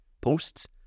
posts